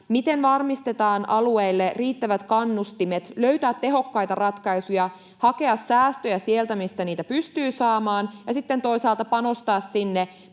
miten varmistetaan alueille riittävät kannustimet löytää tehokkaita ratkaisuja ja hakea säästöjä sieltä, mistä niitä pystyy saamaan, ja sitten toisaalta panostaa sinne,